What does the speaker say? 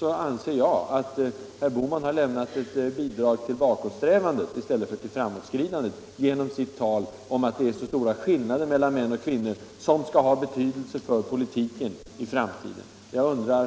Jag anser att herr Bohman har lämnat ett bidrag till bakåtsträvandet i stället för till framåtskridandet genom sitt tal om att det finns stora skillnader mellan män och kvinnor som skall ha betydelse för politiken i framtiden.